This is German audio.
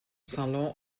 salon